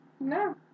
No